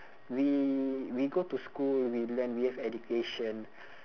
we we go to school we learn we have education